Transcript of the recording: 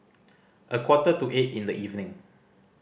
a quarter to eight in the evening